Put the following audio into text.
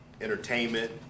entertainment